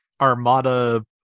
Armada